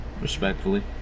Respectfully